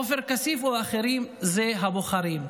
עופר כסיף או אחר, זה הבוחרים.